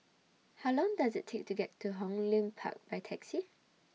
How Long Does IT Take to get to Hong Lim Park By Taxi